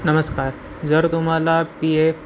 नमस्कार जर तुम्हाला पी एफ